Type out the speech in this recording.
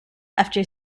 after